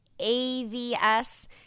AVS